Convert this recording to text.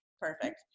Perfect